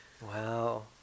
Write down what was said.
Wow